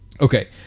Okay